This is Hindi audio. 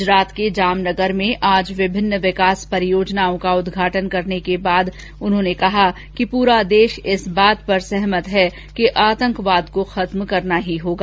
गुजरात के जामनगर में आज विभिन्न विकास परियोजनाओं का उद्घाटन करने के बाद उन्होंने कहा कि पूरा देश इस बात पर सहमत है कि आंतकवाद को खत्म करना ही होगा